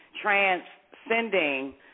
transcending